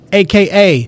aka